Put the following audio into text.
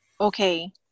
okay